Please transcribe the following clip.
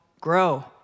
grow